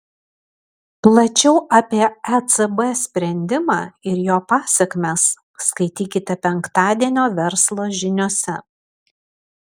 plačiau apie ecb sprendimą ir jo pasekmes skaitykite penktadienio verslo žiniose